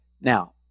Now